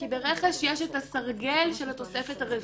כי ברכש יש את הסרגל של התוספת הרביעית.